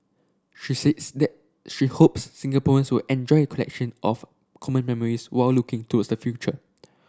she says that she hopes Singaporeans will enjoy collection of common memories while looking towards the future